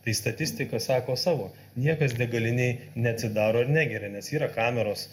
tai statistika sako savo niekas degalinėj neatsidaro ir negeria nes yra kameros